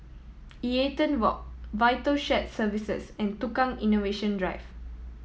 Eaton Walk Vital Shared Services and Tukang Innovation Drive